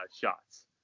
shots